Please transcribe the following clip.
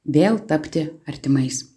vėl tapti artimais